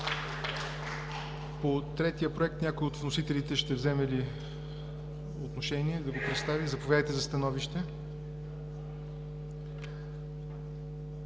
По третия проект някой от вносителите ще вземе ли отношение да го представи? Заповядайте за становище.